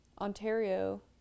Ontario